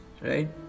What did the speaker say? Right